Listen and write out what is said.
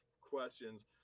questions